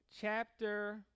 chapter